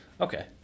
Okay